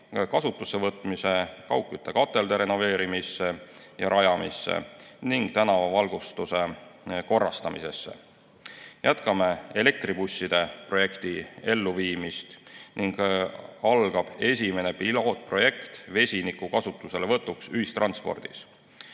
kasutusse võtmisse, kaugküttekatelde renoveerimisse ja ehitusse ning tänavavalgustuse korrastamisse. Jätkame elektribusside projekti elluviimist ning algab esimene pilootprojekt vesiniku kasutuselevõtuks ühistranspordis.